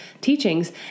teachings